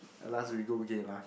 at last we go Geylang